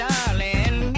Darling